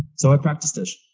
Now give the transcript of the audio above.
so i practiced it.